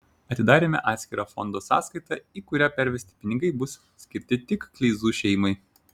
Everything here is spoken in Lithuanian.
atidarėme atskirą fondo sąskaitą į kurią pervesti pinigai bus skirti tik kleizų šeimai